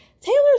Taylor's